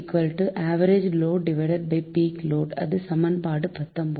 LF average load peak load இது சமன்பாடு 19